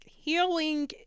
Healing